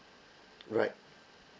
right